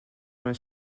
vingt